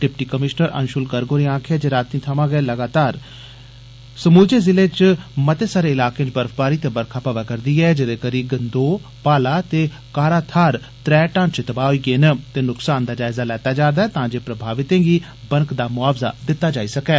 deputy commissioner Anshul Garg होरें आक्खेआ जे रातीं थमां गै लगभग समूलर्च जिले दे मते सारे इलाकें च बर्फबारी ते बरखा पवा करदी ऐ जेदे करी गंदोह भाला ते काहरा थाहर त्रै ढांचे तबाह होई गे न ते नुक्सान दा जायज़ा लैता जारदा ऐ तां जे प्रभावितें गी बनकदा मुआवज़ा दिता जाई सकै